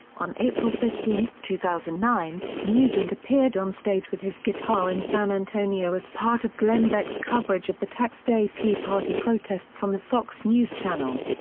on april fifteen, two thousand and nine, nugent appeared onstage with his guitar in san antonio as part of glenn beck's coverage of the tax day tea party protests on the fox news channel.